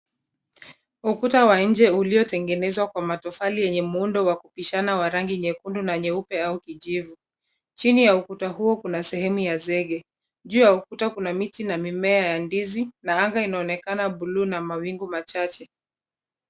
Ukuta wa nje uliotengenezwa kwa matofali yenye muundo wa kupishana wa rangi nyekundu na nyeupe au kijivu. Chini ya ukuta huo kuna sehemu ya zege. Juu ya ukuta kuna miti na mimea ya ndizi na anga inaonekana buluu na mawingu machache.